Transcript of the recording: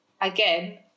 again